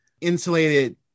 insulated